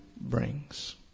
brings